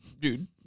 Dude